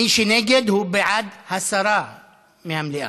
מי שנגד, הוא בעד הסרה מהמליאה.